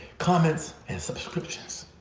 comments and subscriptions.